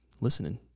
listening